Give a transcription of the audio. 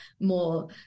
more